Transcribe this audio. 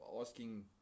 asking